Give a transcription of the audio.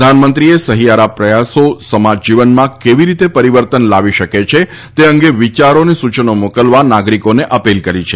પ્રધાનમંત્રીએ સહિયારા પ્રયાસો સમાજ જીવનમાં કેવી રીતે પરિવર્તન લાવી શકે છે તે અંગે વિયારો અને સૂચનો મોકલવા નાગરિકોને અપીલ કરી છે